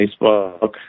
Facebook